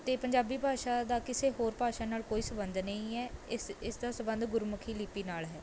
ਅਤੇ ਪੰਜਾਬੀ ਭਾਸ਼ਾ ਦਾ ਕਿਸੇ ਹੋਰ ਭਾਸ਼ਾ ਨਾਲ਼ ਕੋਈ ਸੰਬੰਧ ਨਹੀਂ ਹੈ ਇਸ ਇਸਦਾ ਸੰਬੰਧ ਗੁਰਮੁਖੀ ਲਿਪੀ ਨਾਲ਼ ਹੈ